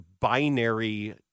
binary